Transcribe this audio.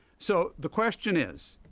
so the question is